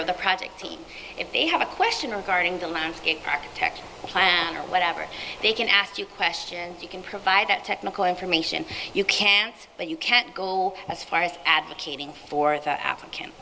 of the project team if they have a question regarding the landscape architect plan or whatever they can ask you questions you can provide that technical information you can but you can't go as far as advocating for that african